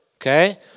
okay